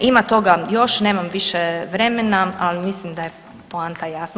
Ima toga još, nemam više vremena, ali mislim da je poanta jasna.